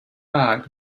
bag